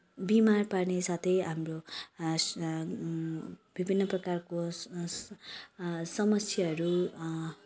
बिमार पार्ने साथै हाम्रो विभिन्न प्रकारको समस्याहरू